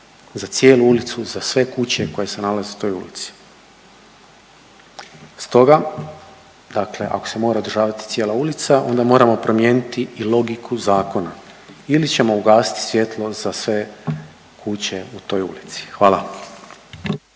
za cijelu ulicu, za sve kuće koje se nalaze u toj ulici. Stoga dakle, ako se mora održavati cijela ulica onda moramo promijeniti i logiku zakona. Ili ćemo ugasiti svjetlo za sve kuće u toj ulici. Hvala.